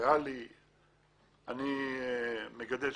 - אני מגדל